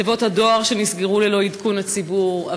תיבות הדואר שנסגרו ללא עדכון הציבור,